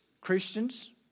Christians